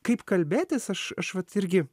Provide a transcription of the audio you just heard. kaip kalbėtis aš aš vat irgi